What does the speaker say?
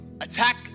Attack